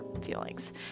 feelings